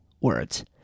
words